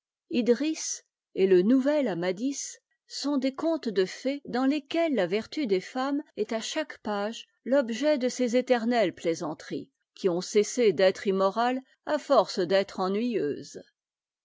idris et le nouvel ma sont des contes de fées dans lesquels la vertu des femmes est à chaque page l'objet de ces éternelles plaisanteries qui ont cessé d'être immorales à force d'être ennuyeuses